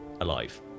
alive